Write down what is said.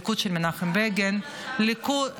הליכוד של מנחם בגין ------ מאי,